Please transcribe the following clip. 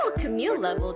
ah camille level